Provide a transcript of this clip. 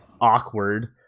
awkward